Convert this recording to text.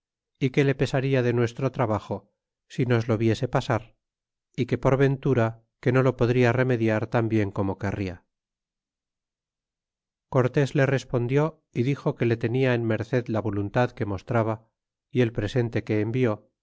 y que le pesada de nuestro trabajo si nos lo viese pasar que por ventura que no lo podria remediar tan bien como querria cortés le respondió y dixo que le tenia en merced la voluntad que mostraba y el presente que envió